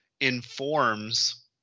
informs